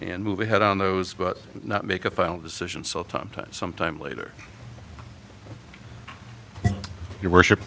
and move ahead on those but not make a final decision so time time some time later you worship